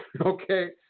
okay